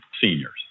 seniors